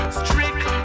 strict